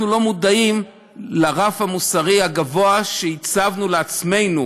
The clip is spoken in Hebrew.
אנחנו לא מודעים לרף המוסרי הגבוה שהצבנו לעצמנו,